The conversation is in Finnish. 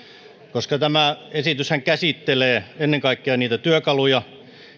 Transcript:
tämä esityshän käsittelee ennen kaikkea niitä työkaluja